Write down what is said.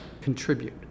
contribute